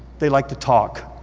they like to talk.